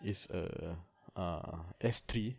is a ah S three